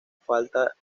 falta